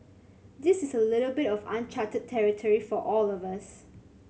this is a little bit of uncharted territory for all of us